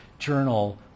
journal